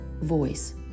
voice